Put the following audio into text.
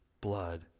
blood